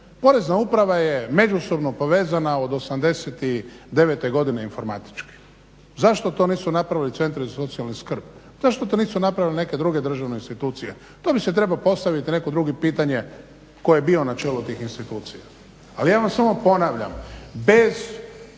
Porezna uprava je međusobno povezana od '89. godine informatički. Zašto to nisu napravili centri za socijalnu skrb? Zašto to nisu napravile neke druge državne institucije? To bi si trebao postaviti netko drugi pitanje tko je bio na čelu tih institucija. Ali ja vam samo ponavljam bez